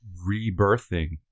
rebirthing